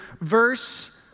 verse